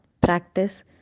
practice